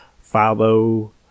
follow